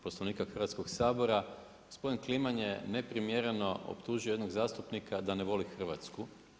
Poslovnika Hrvatskoga sabora, gospodin Kliman je neprimjereno optužio jednog zastupnika da ne voli Hrvatsku.